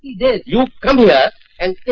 you come here and so